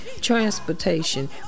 transportation